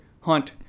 hunt